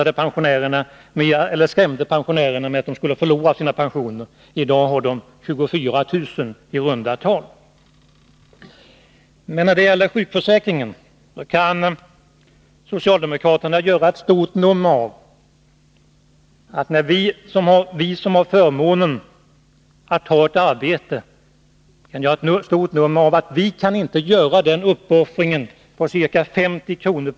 Då skrämde man pensionärerna med att de skulle förlora sina pensioner. I dag har de pensioner på 24 000 kr. i runda tal. När det gäller sjukförsäkringen kan socialdemokraterna göra ett stort nummer av att vi som har förmånen att ha ett arbete inte skulle kunna göra den uppoffring på ca 50 kr.